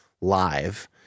live